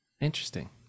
Interesting